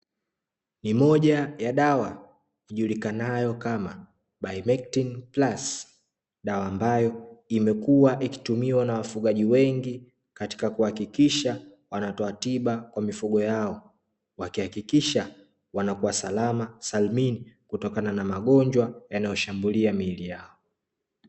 Ni moja ya dawa ijulikanayo kama (Baimektini plasi)dawa ambayo imekuwa ikitumiwa na wafugaji wengi, katika kuhakikisha wanatoa tiba kwa mifugo yao wakihakikisha wanakuwa salama salmini kutokana na magonjwa yanayoshambulia miili yao.